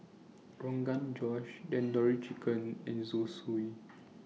Rogan Josh Tandoori Chicken and Zosui